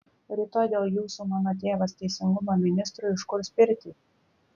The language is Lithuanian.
rytoj dėl jūsų mano tėvas teisingumo ministrui užkurs pirtį